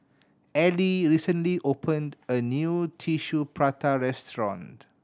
Ellie recently opened a new Tissue Prata restaurant